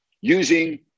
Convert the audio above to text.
using